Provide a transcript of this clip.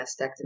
mastectomy